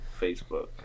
Facebook